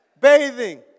bathing